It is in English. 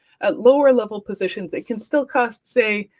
at lower level positions, it can still cost, say,